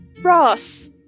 Ross